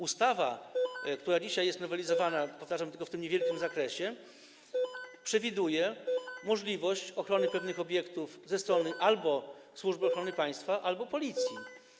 Ustawa, która dzisiaj jest nowelizowana - powtarzam, tylko w tym niewielkim zakresie - przewiduje możliwość ochrony pewnych obiektów ze strony albo Służby Ochrony Państwa, albo Policji.